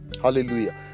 hallelujah